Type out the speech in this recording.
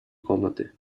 комнаты